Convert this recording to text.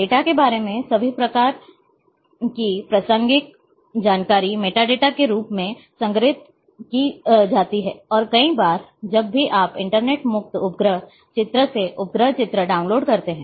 data के बारे में सभी प्रकार की प्रासंगिक जानकारी मेटाडेटा के रूप में संग्रहित की जाती है और कई बार जब भी आप इंटरनेट मुक्त उपग्रह चित्र से उपग्रह चित्र डाउनलोड करते हैं